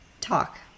Talk